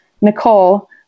Nicole